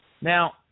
Now